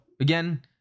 again